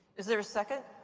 is there a second?